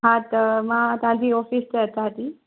हा त मां तव्हांजी ऑफिस ते अचां थी